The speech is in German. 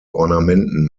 ornamenten